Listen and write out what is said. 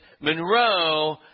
Monroe